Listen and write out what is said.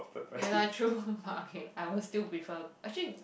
ya lah true but okay I will still prefer actually